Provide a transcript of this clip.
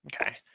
Okay